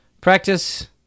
practice